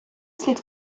слід